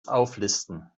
auflisten